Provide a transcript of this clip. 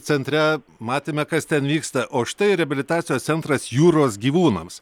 centre matėme kas ten vyksta o štai reabilitacijos centras jūros gyvūnams